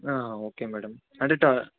okay madam అంటే తా